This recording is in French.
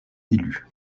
élu